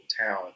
town